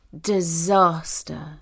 Disaster